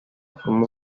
forma